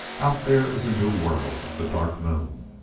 out there is a new world, the dark moon.